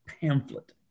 pamphlet